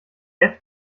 mit